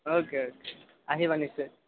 okay okay আহিবা নিশ্চয়